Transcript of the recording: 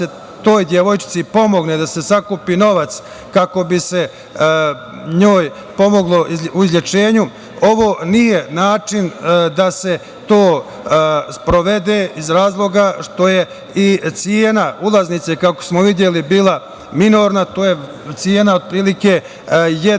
da se toj devojčici pomogne da se sakupi novac kako bi se njoj pomoglo u izlečenju. Ovo nije način da se to sprovede iz razloga što je i cena ulaznice, kako smo videli, bila minorna. To je cena otprilike jedne